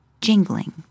Jingling